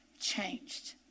changed